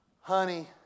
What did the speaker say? Honey